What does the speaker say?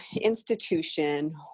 institution